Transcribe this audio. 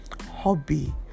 hobby